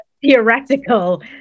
Theoretical